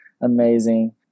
amazing